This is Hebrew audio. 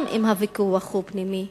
גם אם הוויכוח הוא פנימי,